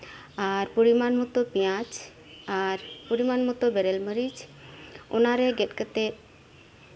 ᱟᱨ ᱯᱚᱨᱤᱢᱟᱱ ᱢᱚᱛᱳ ᱯᱮᱭᱟᱡ ᱟᱨ ᱯᱚᱨᱤᱢᱟᱱ ᱢᱚᱛᱳ ᱵᱮᱨᱮᱞ ᱢᱟᱹᱨᱤᱪ ᱚᱱᱟᱨᱮ ᱜᱮᱫ ᱠᱟᱫᱮᱫ